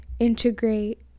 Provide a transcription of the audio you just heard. integrate